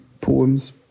poems